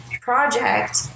project